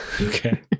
Okay